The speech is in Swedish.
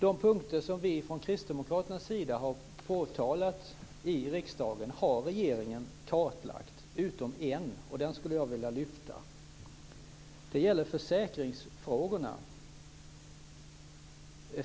De punkter som vi från kristdemokraterna har påtalat i riksdagen har regeringen kartlagt, utom en. Den skulle jag vilja lyfta. Den gäller försäkringsfrågorna.